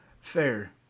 fair